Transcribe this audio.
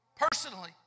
personally